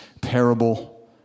parable